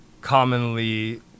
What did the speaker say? commonly